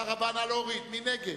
מי נגד?